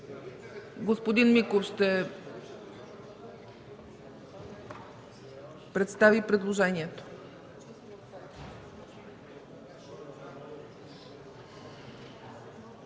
Господин Миков ще представи предложението.